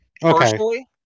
Personally